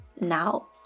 now